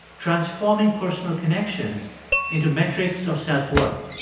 transforming personal connections into metrics of self-worth.